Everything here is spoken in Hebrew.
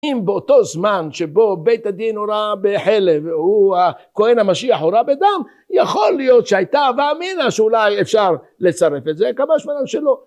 אם באותו זמן שבו בית הדין הורה בחלב והכהן המשיח הורה בדם יכול להיות שהייתה הווה אמינא שאולי אפשר לצרף את זה, כמובן שלא.